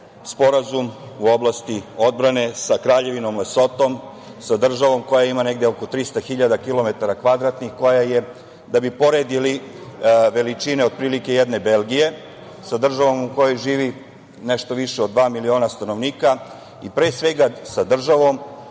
u oblasti odbrane sa Kraljevinom Lesoto, sa državom koja ima negde oko 300.000 kilometara kvadratnih, koja je, da bi poredili, veličine otprilike jedne Belgije, sa državom u kojoj živi nešto više od dva miliona stanovnika i pre svega sa državom